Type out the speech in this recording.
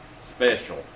special